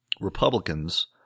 Republicans